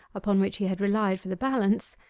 upon which he had relied for the balance,